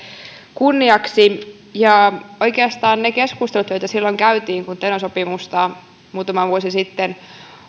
kunniaksi ja oikeastaan niistä keskusteluista joita silloin käytiin kun teno sopimusta muutama vuosi sitten